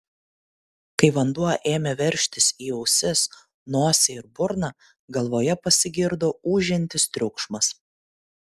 kai vanduo ėmė veržtis į ausis nosį ir burną galvoje pasigirdo ūžiantis triukšmas